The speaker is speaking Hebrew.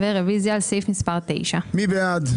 רוויזיה על סעיף מספר 8. מי בעד?